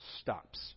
stops